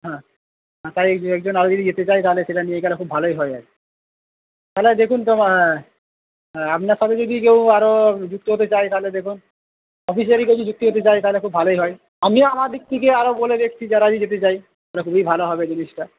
হ্যাঁ তাই দু একজন আরও যদি যেতে চায় তাহলে সেটা নিয়ে গেলে খুব ভালোই হয় আর কি তাহলে আর দেখুন হ্যাঁ আপনার সাথে যদি কেউ আরও যুক্ত হতে চায় তাহলে দেখুন অফিসেরই কেউ যদি যুক্ত হতে চায় তাহলে খুব ভালোই হয় আমিও আমার দিক থেকে আরও বলে দেখছি যারা যদি যেতে চায় তাহলে খুবই ভালো হবে জিনিসটা